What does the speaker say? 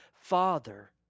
father